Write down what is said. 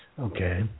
okay